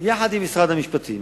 עם משרד המשפטים,